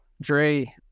dre